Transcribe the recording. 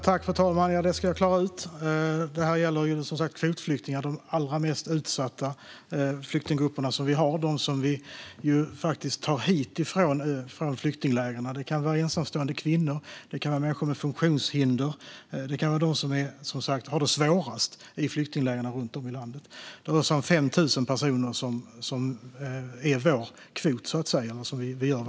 Fru talman! Jag ska klara ut det här. Detta gäller som sagt kvotflyktingarna som är de allra mest utsatta bland de flyktinggrupper vi har. Det är sådana som vi tar hit från flyktingläger. Det kan vara ensamstående kvinnor och människor med funktionshinder. Det handlar om dem som har det svårast i flyktinglägren runt om i världen. I vår kvot rör det sig varje år om 5 000 personer.